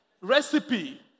recipe